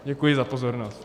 Děkuji za pozornost.